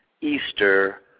Easter